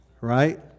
right